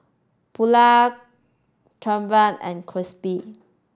Paulette Trayvon and Kristy